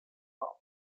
mouth